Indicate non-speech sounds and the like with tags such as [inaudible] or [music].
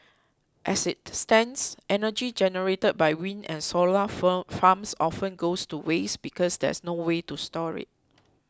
as it stands energy generated by wind and solar [unintelligible] farms often goes to waste because there's noway to store it